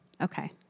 Okay